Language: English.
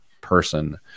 person